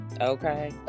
okay